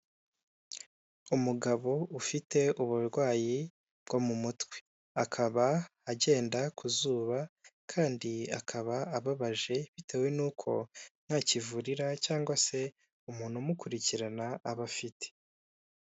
Umugabo ufite uburwayi bwo mu mutwe akaba agenda ku izuba kandi akaba ababaje bitewe n'uko nta kivurira cyangwa se umuntu umukurikirana aba afite.